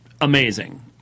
amazing